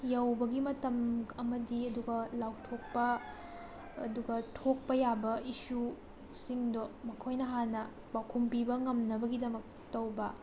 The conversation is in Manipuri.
ꯌꯧꯕꯒꯤ ꯃꯇꯝ ꯑꯃꯗꯤ ꯑꯗꯨꯒ ꯂꯥꯎꯊꯣꯛꯄ ꯑꯗꯨꯒ ꯊꯣꯛꯄ ꯌꯥꯕ ꯏꯁꯨꯁꯤꯡꯗꯣ ꯃꯈꯣꯏꯅ ꯍꯥꯟꯅ ꯄꯥꯎꯈꯨꯝ ꯄꯤꯕ ꯉꯝꯅꯕꯒꯤꯗꯃꯛ ꯇꯧꯕ